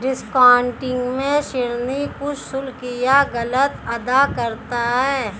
discounting में ऋणी कुछ शुल्क या लागत अदा करता है